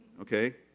okay